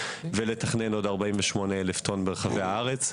ולתכנן עוד 48 אלף טון ברחבי הארץ.